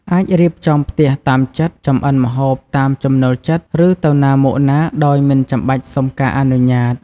អាចរៀបចំផ្ទះតាមចិត្ត ចម្អិនម្ហូបតាមចំណូលចិត្ត ឬទៅណាមកណាដោយមិនចាំបាច់សុំការអនុញ្ញាត។